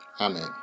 Amen